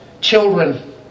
children